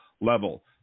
level